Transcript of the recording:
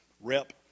rep